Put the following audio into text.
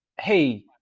hey